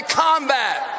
combat